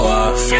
off